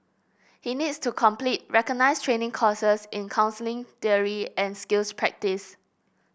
he needs to complete recognised training courses in counselling theory and skills practice